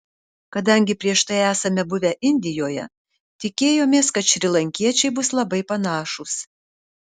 kadangi prieš tai esame buvę indijoje tikėjomės kad šrilankiečiai bus labai panašūs